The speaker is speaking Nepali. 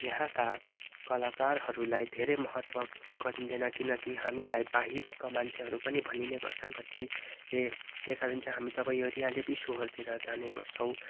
यहाँका कलाकारहरूलाई धेरै महत्त्व गरिँदैन किनकि हामीलाई बाहिरका मान्छेहरू पनि भनिने गर्छन् कतिले त्यही कारण चाहिँ हामी जब यो रियालिटी सोहरूतिर जाने गर्छौँ